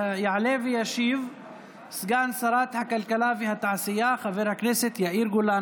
יעלה וישיב סגן שרת הכלכלה והתעשייה חבר הכנסת יאיר גולן,